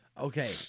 Okay